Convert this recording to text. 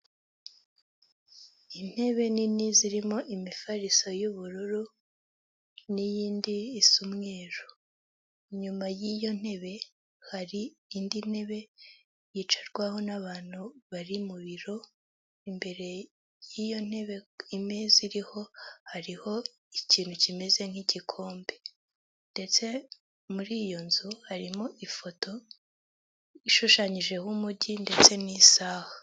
Intebe nini zirimo imifariso y'ubururu n'iyindi isa umweru, inyuma y'iyo ntebe hari indi ntebe yicarwaho n'abantu bari mu biro, imbere y'iyo ntebe imeza iriho hariho ikintu kimeze nk'igikombe ndetse muri iyo nzu harimo ifoto ishushanyijeho umujyi ndetse n'isaha.